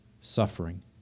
suffering